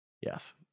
Yes